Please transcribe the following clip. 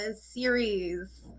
series